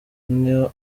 niyo